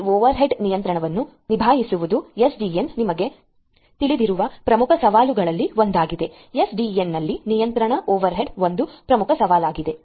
ಈ ಓವರ್ಹೆಡ್ ನಿಯಂತ್ರಣವನ್ನು ನಿಭಾಯಿಸುವುದು ಎಸ್ಡಿಎನ್ ನಿಮಗೆ ತಿಳಿದಿರುವ ಪ್ರಮುಖ ಸವಾಲುಗಳಲ್ಲಿ ಒಂದಾಗಿದೆ SDNನಲ್ಲಿ ನಿಯಂತ್ರಣ ಓವರ್ಹೆಡ್ ಒಂದು ಪ್ರಮುಖ ಸವಾಲಾಗಿದೆ